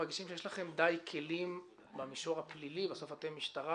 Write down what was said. מרגישים שיש לכם די כלים במישור הפלילי בסוף אתם משטרה